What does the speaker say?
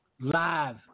live